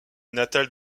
natale